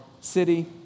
city